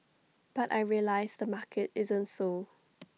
but I realised the market isn't so